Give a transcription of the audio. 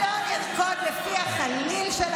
נא לסיים.